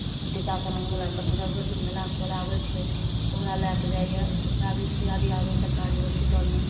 टीकाकरणवला गर्भवती महिलाके बोलाबै छै ओकरा लैके जाइए ओकरा भी सुइआ दिआबैए सरकारी हॉसपिटलमे